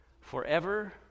forever